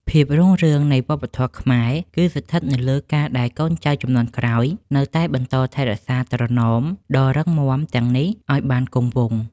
ភាពរុងរឿងនៃវប្បធម៌ខ្មែរ គឺស្ថិតនៅលើការដែលកូនចៅជំនាន់ក្រោយនៅតែបន្តរក្សាត្រណមដ៏តឹងរ៉ឹងទាំងនេះឱ្យបានគង់វង្ស។